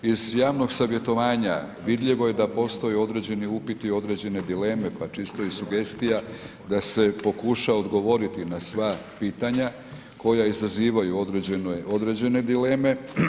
Iz javnog savjetovanja vidljivo je da postoje određeni upiti i određene dileme pa čisto i sugestija da se pokuša odgovoriti na sva pitanja koja izazivaju određene dileme.